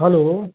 hello